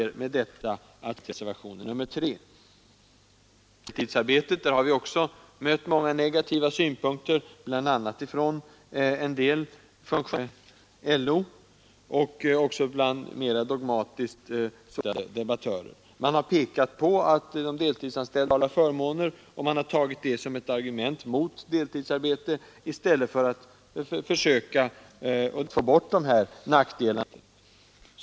Jag ber med detta att få yrka bifall till reservationen 3. Också när det gäller deltidsarbetet har vi mött många negativa synpunkter, bl.a. från en del funktionärer inom LO och från mera dogmatiska, socialistiskt inriktade debattörer. Man har pekat på att de deltidsanställda ofta har sämre sociala förmåner och använt det som ett argument mot deltidsarbete i stället för att delta i arbetet på att få bort dessa nackdelar med deltidsarbete.